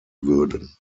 würden